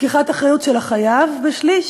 לקיחת אחריות של החייב לשליש,